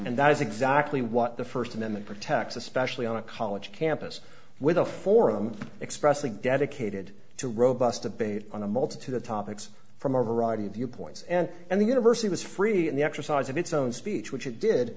and that is exactly what the first amendment protects especially on a college campus with a forum expressly dedicated to robust debate on a multitude of topics from a variety of viewpoints and and the university was free in the exercise of its own speech wh